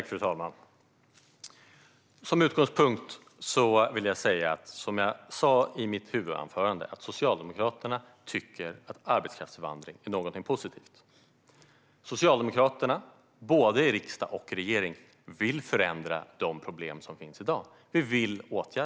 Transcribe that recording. Fru talman! Som jag sa i mitt huvudanförande tycker Socialdemokraterna att arbetskraftsinvandring är någonting positivt. Socialdemokraterna, både i riksdag och i regering, vill åtgärda de problem som finns i dag.